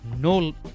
no